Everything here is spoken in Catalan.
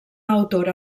autora